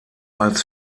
als